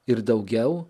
ir daugiau